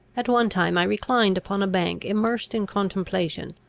at one time i reclined upon a bank immersed in contemplation,